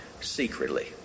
secretly